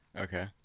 Okay